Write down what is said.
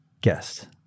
guest